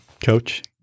Coach